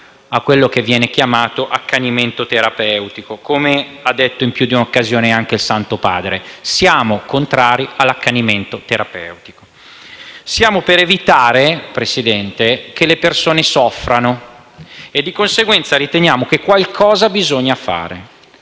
a quello che viene chiamato accanimento terapeutico, come ha detto, in più di un'occasione, anche il Santo Padre. Siamo contrari all'accanimento terapeutico. Siamo per evitare, Presidente, che le persone soffrano e, di conseguenza, riteniamo che qualcosa si debba fare.